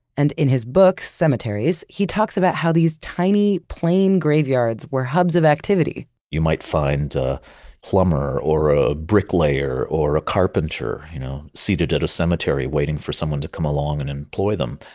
and in his book cemeteries, he talks about how these tiny, plain graveyards were hubs of activity you might find a plumber or a bricklayer or a carpenter you know seated at a cemetery waiting for someone to come along and employ them.